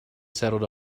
settled